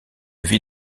vie